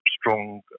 strong